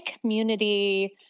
community—